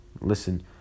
listen